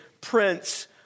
prince